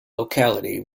locality